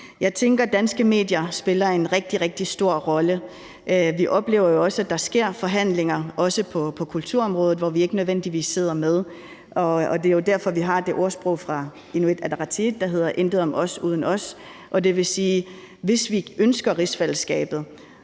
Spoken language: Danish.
Jeg tænker, at danske medier spiller en rigtig, rigtig stor rolle. Vi oplever jo også, at der er forhandlinger, også på kulturområdet, hvor vi ikke nødvendigvis sidder med. Det er jo derfor, vi har det ordsprog i Inuit Ataqatigiit, der lyder: Intet om os uden os. Det vil sige, at hvis vi ønsker rigsfællesskabet,